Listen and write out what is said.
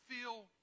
feel